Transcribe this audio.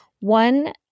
one